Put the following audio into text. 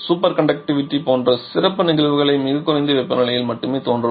super conductivity போன்ற சிறப்பு நிகழ்வுகள் மிகக் குறைந்த வெப்பநிலையில் மட்டுமே தோன்றும்